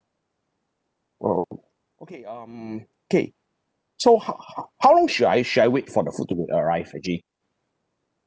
oh okay um K so how how how long should I should I wait for the food to arrive actually